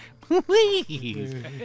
Please